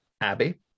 Abby